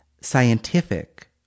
scientific